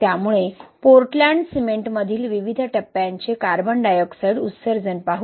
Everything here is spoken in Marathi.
त्यामुळे पोर्टलँड सिमेंटमधील विविध टप्प्यांचे कार्बन डायऑक्साइड उत्सर्जन पाहू